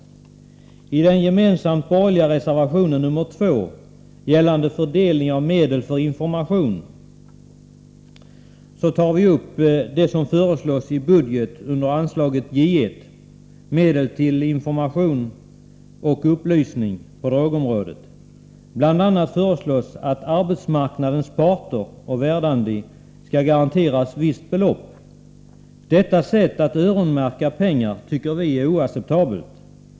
I den gemensamma borgerliga reservationen nr 2 gällande fördelning av medel för information tar vi upp det som föreslås i budgeten under anslaget J1 — medel till upplysning och information på drogområdet. Där föreslås bl.a. att arbetsmarknadens parter och Verdandi skall garanteras ett visst belopp. Detta sätt att öronmärka pengar tycker vi är oacceptabelt.